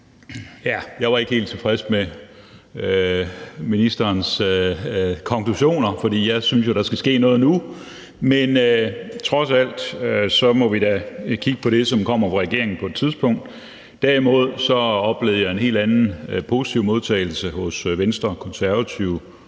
Jeg var ikke helt tilfreds med ministerens konklusioner, for jeg synes jo, der skal ske noget nu, men trods alt må vi da kigge på det, som på et tidspunkt kommer fra regeringen. Derimod oplevede jeg en helt anden positiv modtagelse hos Venstre, Konservative